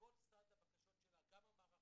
בכל סד הבקשות שלה, גם המערכתי,